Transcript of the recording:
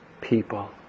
people